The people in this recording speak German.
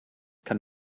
kann